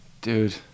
Dude